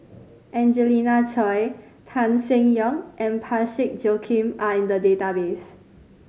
Angelina Choy Tan Seng Yong and Parsick Joaquim are in the database